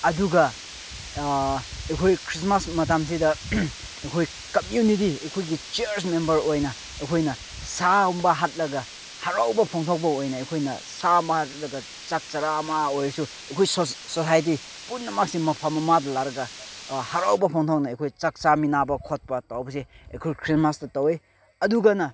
ꯑꯗꯨꯒ ꯑꯩꯈꯣꯏ ꯈ꯭ꯔꯁꯃꯥꯁ ꯃꯇꯝꯁꯤꯗ ꯑꯩꯈꯣꯏ ꯀꯃ꯭ꯌꯨꯅꯤꯇꯤ ꯑꯩꯈꯣꯏꯒꯤ ꯆꯤꯌꯔꯁ ꯃꯦꯝꯕꯔ ꯑꯣꯏꯅ ꯑꯩꯈꯣꯏꯅ ꯁꯥꯒꯨꯝꯕ ꯍꯥꯠꯂꯒ ꯍꯔꯥꯎꯕ ꯐꯣꯡꯗꯣꯛꯄ ꯑꯣꯏꯅ ꯑꯩꯈꯣꯏꯅ ꯁꯥ ꯑꯃ ꯍꯥꯠꯂꯒ ꯆꯥꯛ ꯆꯔꯥ ꯑꯃ ꯑꯣꯏꯔꯁꯨ ꯑꯩꯈꯣꯏ ꯁꯣꯁꯥꯏꯇꯤ ꯄꯨꯝꯅꯃꯛꯁꯤ ꯃꯐꯝ ꯑꯃꯗ ꯂꯥꯛꯂꯒ ꯍꯔꯥꯎꯕ ꯐꯣꯡꯗꯣꯛꯅ ꯑꯩꯈꯣꯏ ꯆꯥꯛ ꯆꯥꯃꯤꯟꯅꯕ ꯈꯣꯠꯄ ꯇꯧꯕꯁꯦ ꯑꯩꯈꯣꯏ ꯈ꯭ꯔꯤꯁꯃꯥꯁꯇ ꯇꯧꯋꯤ ꯑꯗꯨꯒꯅ